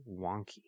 wonky